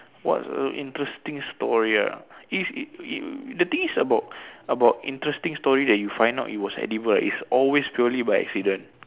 what's a interesting story ah it's the thing is about about interesting story that you find out it was edible is always purely by accident